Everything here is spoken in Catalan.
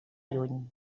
lluny